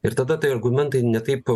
ir tada tai argumentai ne taip